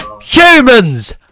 Humans